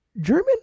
German